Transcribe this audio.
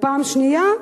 ופעם שנייה,